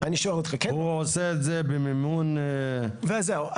הוא עושה את זה במימון -- זהו,